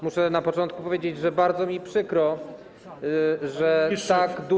Muszę na początku powiedzieć, że bardzo mi przykro, że tak dużo.